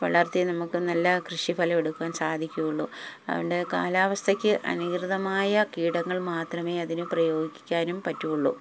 വളർത്തി നമുക്ക് നല്ല കൃഷിഫലം എടുക്കാൻ സാധിക്കുകയുള്ളൂ അതുകൊണ്ട് കാലാവസ്ഥയ്ക്ക് അനുസൃതമായ കീടങ്ങൾ മാത്രമേ അതിന് പ്രയോഗിക്കാനും പറ്റുകയുള്ളൂ